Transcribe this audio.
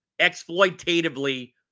exploitatively